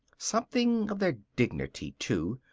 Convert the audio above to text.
something of their dignity, too,